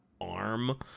arm